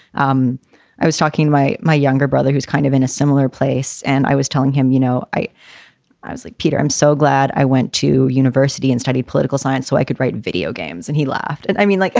um i was talking my my younger brother, who's kind of in a similar place, and i was telling him, you know, i i was like, peter, i'm so glad i went to university and studied political science so i could write video games. and he laughed. and i mean, like,